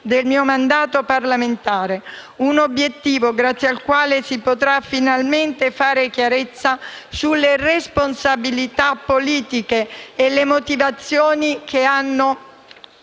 del mio mandato parlamentare. Un obiettivo grazie al quale si potrà finalmente fare chiarezza sulle responsabilità politiche e le motivazioni che hanno